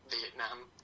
Vietnam